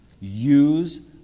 Use